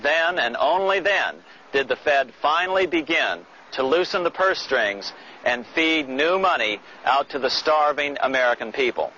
then and only then did the fed finally begin to loosen the purse strings and feed new money out to the starving american people